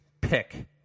pick